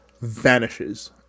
vanishes